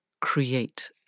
create